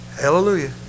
Hallelujah